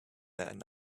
that